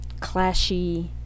clashy